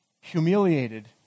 humiliated